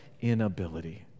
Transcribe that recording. inability